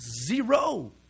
Zero